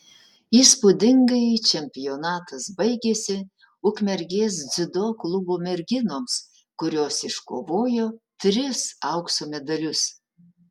įspūdingai čempionatas baigėsi ukmergės dziudo klubo merginoms kurios iškovojo tris aukso medalius